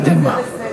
קדימה.